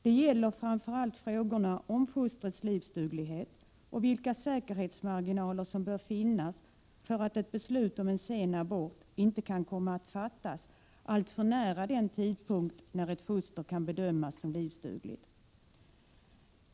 Det gäller framför allt frågorna om fostrets livsduglighet och vilka säkerhetsmarginaler som bör finnas för att ett beslut om en sen abort inte kan komma att fattas alltför nära den tidpunkt då ett foster kan bedömas som livsdugligt.